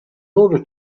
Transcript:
order